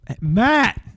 Matt